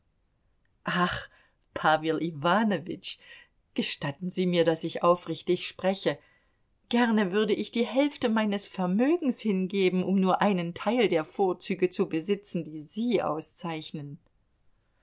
pawel iwanowitsch gestatten sie mir daß ich aufrichtig spreche gerne würde ich die hälfte meines vermögens hingeben um nur einen teil der vorzüge zu besitzen die sie auszeichnen